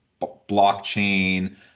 blockchain